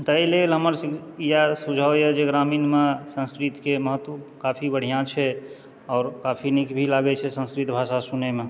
ताहि लेल हमर इएह सुझाव अछि जे ग्रामीणमे संस्कृतके महत्त्व काफी बढ़िआँ छै आ काफी नीक भी लागैए छै संस्कृत भाषा सुनैमे